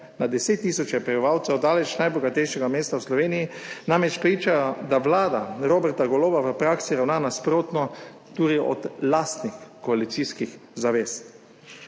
na 10 tisoče prebivalcev daleč najbogatejšega mesta v Sloveniji, namreč priča, da vlada Roberta Goloba v praksi ravna nasprotno tudi od lastnih koalicijskih zavez.